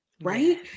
Right